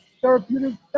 therapeutic